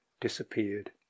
disappeared